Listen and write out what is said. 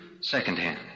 secondhand